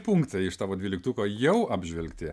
punktai iš tavo dvyliktuko jau apžvelgti